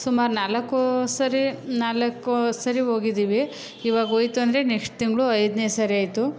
ಸುಮಾರು ನಾಲ್ಕು ಸರಿ ನಾಲ್ಕು ಸರಿ ಹೋಗದ್ದೀವಿ ಈವಾಗ ಹೋಯ್ತು ಅಂದರೆ ನೆಕ್ಸ್ಟ್ ತಿಂಗಳು ಐದನೇ ಸರಿ ಆಯಿತು